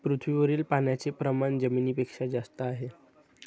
पृथ्वीवरील पाण्याचे प्रमाण जमिनीपेक्षा जास्त आहे